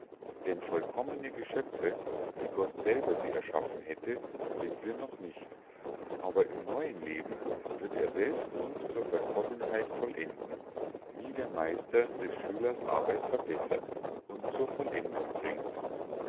denn vollkommene geschöpfe wie gott selber sie erschaffen hätte sind wir noch nicht aber im neuen leben wird er selbst uns zur vollkommenheit vollenden wie der meister des schülers arbeit verbessert und zur vollendung bringt